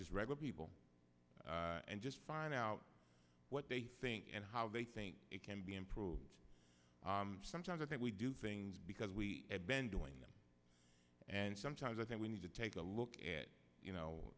just regular people and just find out what they think and how they think it can be improved sometimes i think we do things because we have been doing and sometimes i think we need to take a look at you know